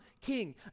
king